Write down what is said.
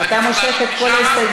אתה מושך את כל ההסתייגויות?